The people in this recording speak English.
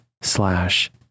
slash